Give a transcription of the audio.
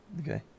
Okay